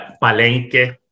Palenque